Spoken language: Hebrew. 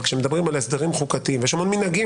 אבל כשמדברים על הסדרים חוקתיים ויש המון מנהגים,